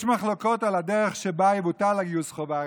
יש מחלוקות על הדרך שבה יבוטל גיוס החובה.